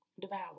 devour